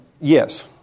yes